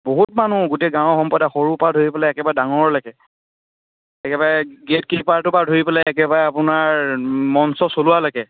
বহুত মানুহ গোটেই গাঁৱৰ সম্প্ৰদায় সৰুৰপৰা ধৰি পেলাই একেবাৰে ডাঙৰলৈকে একেবাৰে গেট কিপাৰটোৰপৰা ধৰি পেলাই একেবাৰে আপোনাৰ মঞ্চ চলোৱালৈকে